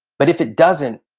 but if it doesn't,